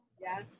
Yes